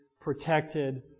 protected